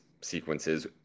sequences